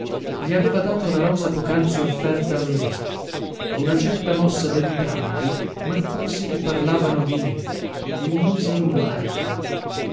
gli aveva dato la rosa pocanzi offerta a me a una certa mossa dentrambi maccorsi che parlavano di me e mi misi in guardia